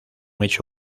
hecho